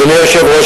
אדוני היושב-ראש,